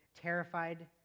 terrified